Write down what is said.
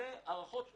אלו הערכות מינימום.